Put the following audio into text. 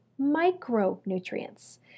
micronutrients